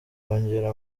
kongera